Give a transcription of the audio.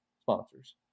sponsors